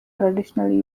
traditionally